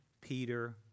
Peter